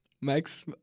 Max